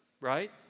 right